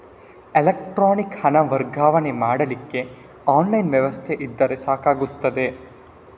electronic ಹಣ ವರ್ಗಾವಣೆ ಮಾಡ್ಲಿಕ್ಕೆ ಆನ್ಲೈನ್ ವ್ಯವಸ್ಥೆ ಇದ್ರೆ ಸಾಕಾಗ್ತದೆ